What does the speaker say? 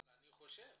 אבל אני חושב